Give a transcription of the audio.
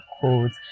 codes